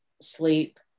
sleep